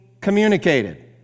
communicated